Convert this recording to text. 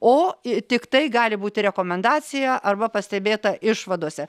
o tiktai gali būti rekomendacija arba pastebėta išvadose